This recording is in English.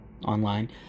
Online